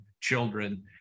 children